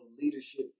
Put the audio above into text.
leadership